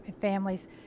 families